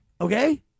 okay